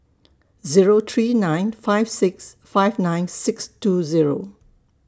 Zero three nine five six five nine six two Zero